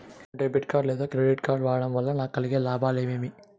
నేను debit card లేదా credit card వాడడం వల్ల నాకు కలిగే లాభాలు ఏమేమీ?